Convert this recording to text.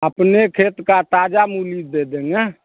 अपने खेत की ताज़ा मूली दे देंगे